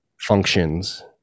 functions